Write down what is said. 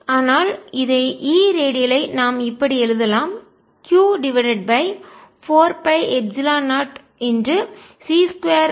ஆனால் இதை E radial ஐ நாம் இப்படி எழுதலாம் q4 πஎப்சிலான் 0 c2 t2